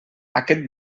aquest